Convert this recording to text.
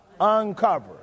Uncover